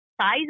size